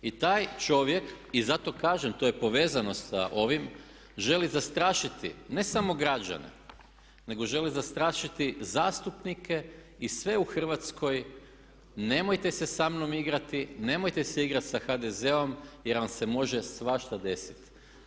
I taj čovjek, i zato kažem to je povezano sa ovim želi zastrašiti ne samo građane nego želi zastrašiti zastupnike i sve u Hrvatskoj, nemojte se samnom igrati, nemojte se igrati sa HDZ-om jer vam se može svašta desiti.